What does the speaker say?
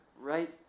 right